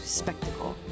spectacle